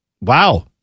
Wow